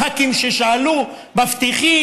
לח"כים ששאלו: מבטיחים,